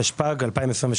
התשפ"ג-2022